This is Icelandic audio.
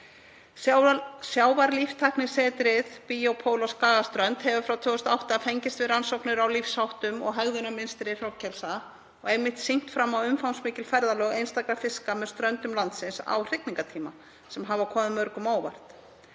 Sjávarlíftæknisetrið BioPol á Skagaströnd hefur frá 2008 fengist við rannsóknir á lífsháttum og hegðunarmynstri hrognkelsa og einmitt sýnt fram á umfangsmikil ferðalög einstakra fiska með ströndum landsins á hrygningartíma, sem hafa komið mörgum á óvart.